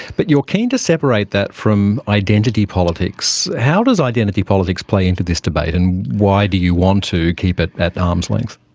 but you're keen to separate that from identity politics. how does identity politics play into this debate and why do you want to keep it at arm's length?